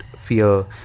fear